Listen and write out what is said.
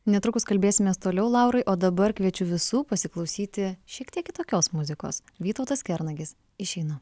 netrukus kalbėsimės toliau laurai o dabar kviečiu visų pasiklausyti šiek tiek kitokios muzikos vytautas kernagis išeinu